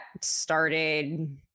started